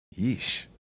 Yeesh